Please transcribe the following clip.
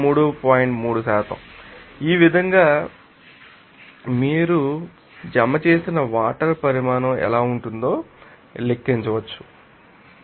3 కాబట్టి ఈ విధంగా మీరు వద్ద జమ చేసిన వాటర్ పరిమాణం ఎలా ఉంటుందో లెక్కించవచ్చు రాత్రి అక్కడ